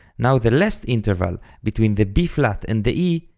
now the last interval, between the b-flat and the e,